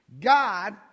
God